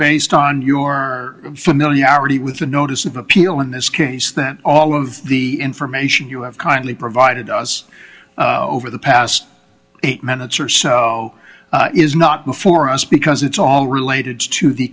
based on your your familiarity with the notice of appeal in this case that all of the information you have kindly provided us over the past eight minutes or so is not before us because it's all related to the